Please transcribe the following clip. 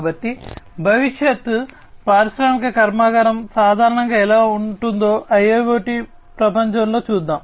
కాబట్టి భవిష్యత్ పారిశ్రామిక కర్మాగారం సాధారణంగా ఎలా ఉంటుందో IIoT ప్రపంచంలో చూద్దాం